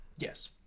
Yes